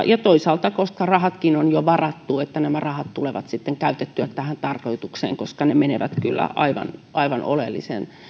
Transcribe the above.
ja toisaalta koska rahatkin on jo varattu nämä rahat tulevat sitten käytettyä tähän tarkoitukseen koska ne menevät kyllä aivan aivan oleelliseen